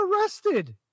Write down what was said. arrested